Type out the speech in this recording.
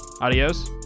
adios